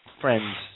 friends